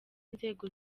nzego